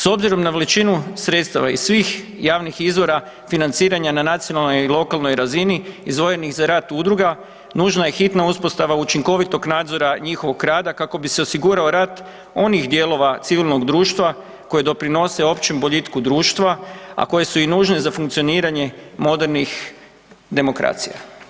S obzirom na veličinu sredstava iz svih javnih izvora financiranja na nacionalnoj i lokalnoj razini izdvojenih za rad udruga, nužna je i hitna uspostava učinkovitog nadzora njihovog rada kako bi se osigurao rad onih dijelova civilnog društva koje doprinose općem boljitku društva a koje su i nužne za funkcioniranje modernih demokracija.